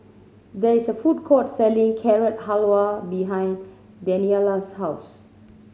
there is a food court selling Carrot Halwa behind Daniela's house